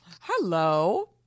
hello